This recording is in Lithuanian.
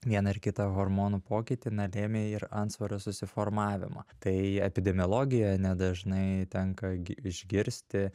vieną ar kitą hormonų pokytį na lėmė ir antsvorio susiformavimą tai epidemiologija nedažnai tenka gi išgirsti